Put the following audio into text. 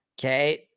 Okay